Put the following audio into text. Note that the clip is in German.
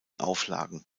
auflagen